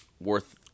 worth